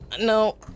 No